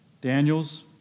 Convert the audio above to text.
Daniels